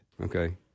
Okay